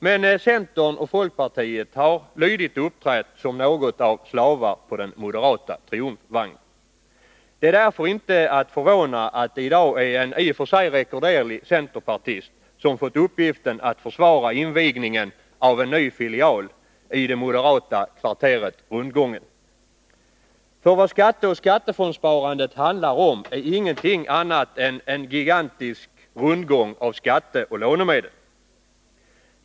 Men centern och folkpartiet har lydigt stigit på den moderata triumfvagnen. Det är därför inte förvånande att det i dag är en i och för sig rekorderlig centerpartist som fått uppgiften att försvara invigningen av en ny filial i det moderata kvarteret Rundgången. För vad skatteoch skattefondssparandet handlar om är ingenting annat än en gigantisk rundgång av skatteoch lånemedel.